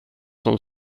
som